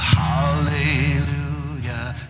hallelujah